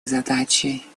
задачей